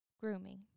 Grooming